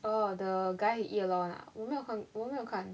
oh the guy he eat a lot [one] ah 我没有看我没有看